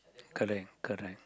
correct correct